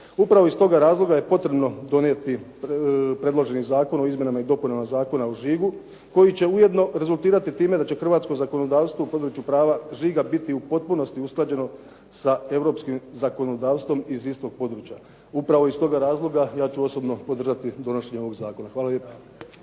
Upravo iz toga razloga je potrebno donijeti predloženi Zakon o izmjenama i dopunama Zakona o žigu koji će ujedno rezultirati time da će hrvatsko zakonodavstvo u području prava žiga biti u potpunosti usklađeno sa Europskim zakonodavstvom iz istog područja. Upravo iz toga razloga ja ću osobno podržati donošenje ovog zakona. Hvala